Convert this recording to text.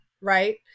right